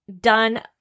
done